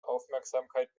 aufmerksamkeit